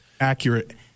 Accurate